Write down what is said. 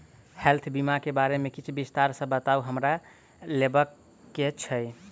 Health बीमा केँ बारे किछ विस्तार सऽ बताउ हमरा लेबऽ केँ छयः?